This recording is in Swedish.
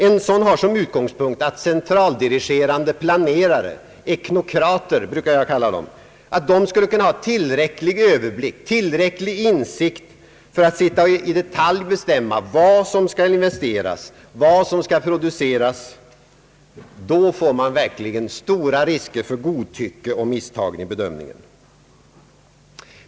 En sådan har som utgångspunkt att centraldirigerande planerare, teknokrater, skall kunna ha tillräcklig överblick, tillräcklig insikt för att i detalj sitta och bestämma om vad som skall investeras och vad som skall produceras. Då får man verkligen stora risker för godtycke och misstag i bedömningen.